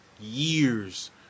years